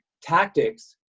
Tactics